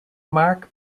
mark